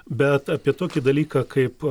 bet apie tokį dalyką kaip